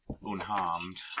unharmed